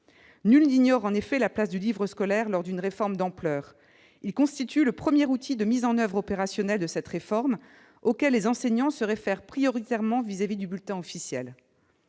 Nul n'ignore en effet la place du livre scolaire lors d'une réforme d'ampleur ; il constitue le premier outil de mise en oeuvre opérationnelle de cette réforme, auquel les enseignants se réfèrent prioritairement par rapport au Avec la